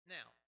Now